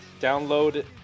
download